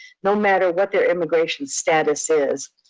no matter what their immigration status is.